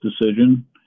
decision